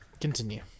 Continue